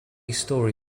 story